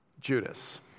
Judas